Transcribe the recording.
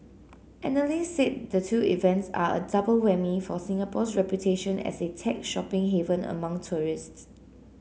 analysts said the two events are a double whammy for Singapore's reputation as a tech shopping haven among tourists